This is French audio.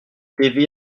tva